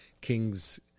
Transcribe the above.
Kings